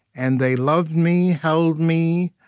and they loved me, held me,